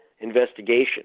investigation